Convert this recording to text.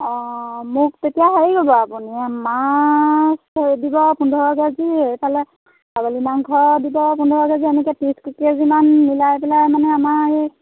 অঁ মোক তেতিয়া হেৰি হ'ব আপুনি মাছ থৈ দিব পোন্ধৰ কে জি এইফালে ছাগলী মাংস দিব পোন্ধৰ কে জি এনেকৈ ত্ৰিছ কে জিমান মিলাই পেলাই মানে আমাৰ এই